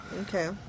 Okay